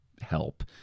help